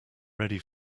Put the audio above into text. ready